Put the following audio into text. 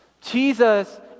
Jesus